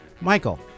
Michael